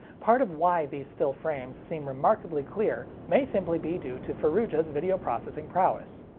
part of why these still frames seem remarkably clear may simply be due to faroudja's video processing prowess.